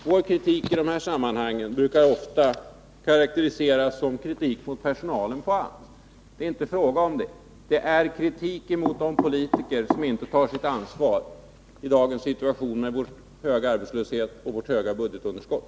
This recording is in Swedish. Vår kritik i dessa sammanhang brukar ofta karakteriseras som kritik mot personalen på AMS. Det är inte fråga om det. Det är kritik mot de politiker som inte tar sitt ansvar i dagens situation — med vår höga arbetslöshet och vårt höga budgetunderskott.